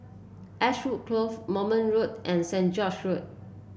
Ashwood Grove Moulmein Road and Saint George Road